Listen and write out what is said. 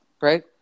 Right